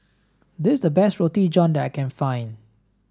this a best Roti John that I can find